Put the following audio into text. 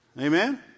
Amen